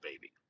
baby